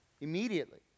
Immediately